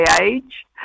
age